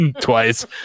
twice